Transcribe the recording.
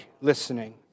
listening